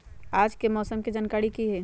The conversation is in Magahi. आज के मौसम के जानकारी कि हई?